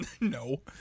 No